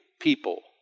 people